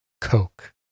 Coke